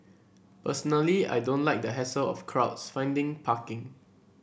personally I don't like the hassle of crowds finding parking